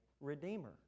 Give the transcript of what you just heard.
Redeemer